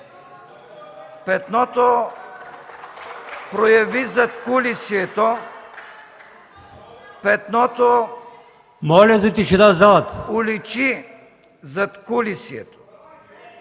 Петното прояви задкулисието, Петното уличи задкулисието.